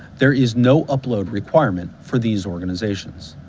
there is no upload requirement for these organizations.